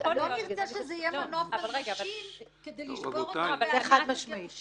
לא נרצה שזה יהיה מנוף על נשים כדי לשבור אותן בהליך הגירושין.